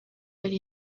ari